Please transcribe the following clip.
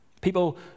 People